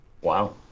Wow